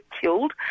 killed